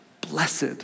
Blessed